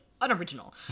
unoriginal